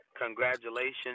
congratulations